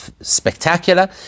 spectacular